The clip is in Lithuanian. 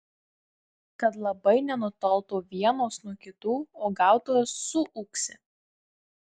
kad labai nenutoltų vienos nuo kitų uogautojos suūksi